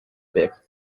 berg